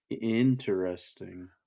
Interesting